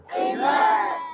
Amen